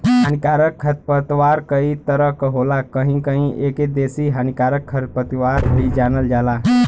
हानिकारक खरपतवार कई तरह क होला कहीं कहीं एके देसी हानिकारक खरपतवार भी जानल जाला